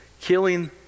killing